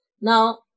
now